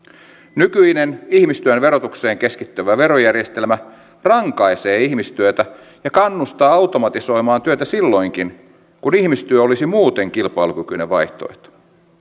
nykyinen ihmistyön verotukseen keskittyvä verojärjestelmä rankaisee ihmistyötä ja kannustaa automatisoimaan työtä silloinkin kun ihmistyö olisi muuten kilpailukykyinen vaihtoehto